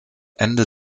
ende